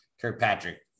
Kirkpatrick